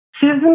Susan